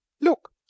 look